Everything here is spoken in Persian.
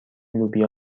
لوبیا